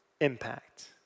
impact